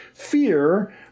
fear